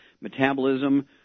metabolism